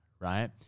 right